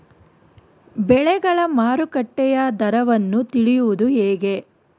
ಬೆಳೆಗಳ ಮಾರುಕಟ್ಟೆಯ ದರವನ್ನು ತಿಳಿಯುವುದು ಹೇಗೆ?